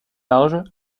larges